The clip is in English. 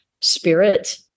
Spirit